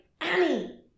Annie